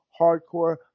Hardcore